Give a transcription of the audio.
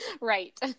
Right